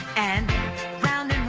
and round.